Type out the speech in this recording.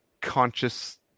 conscious